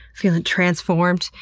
feeling transformed.